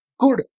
Good